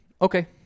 okay